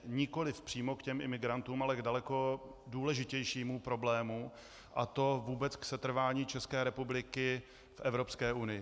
Nikoli přímo k těm imigrantům, ale k daleko důležitějšímu problému, a to vůbec k setrvání České republiky v Evropské unii.